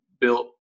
built